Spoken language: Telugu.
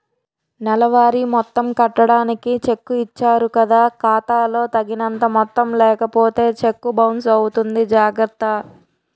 నెలవారీ మొత్తం కట్టడానికి చెక్కు ఇచ్చారు కదా ఖాతా లో తగినంత మొత్తం లేకపోతే చెక్కు బౌన్సు అవుతుంది జాగర్త